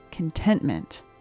Contentment